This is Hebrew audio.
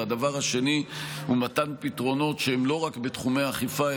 הדבר השני הוא מתן פתרונות לא רק בתחומי האכיפה,